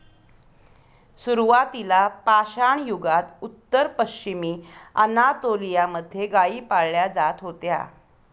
सुरुवातीला पाषाणयुगात उत्तर पश्चिमी अनातोलिया मध्ये गाई पाळल्या जात होत्या